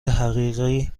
حقیقی